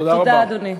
תודה, אדוני.